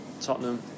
Tottenham